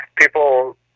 people